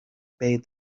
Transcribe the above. bade